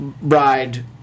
ride